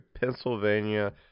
pennsylvania